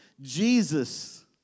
Jesus